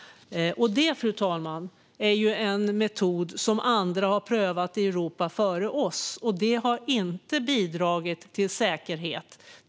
Fru talman! Det är en metod som andra i Europa har prövat, och det har inte bidragit till säkerhet.